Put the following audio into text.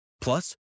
Plus